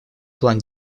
план